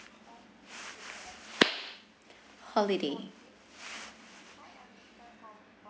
holiday